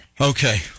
Okay